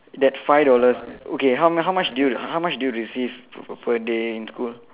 that five dollars okay how m~ how much do you how much do you receive per day in school